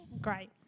great